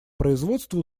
производства